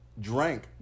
drank